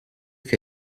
che